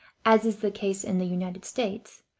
as is the case in the united states,